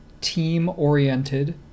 team-oriented